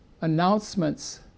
announcements